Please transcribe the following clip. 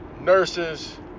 nurses